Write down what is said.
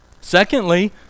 Secondly